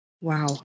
Wow